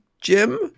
Jim